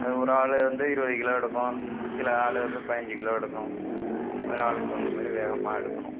அது ஒரு ஆள் வந்து இருபது கிலோ எடுக்கும் சில ஆள் வந்து பைஞ்சு கிலோ எடுக்கும் அது ஆளுக்கு தகுந்த மாதிரி வேகமாக எடுக்கணும்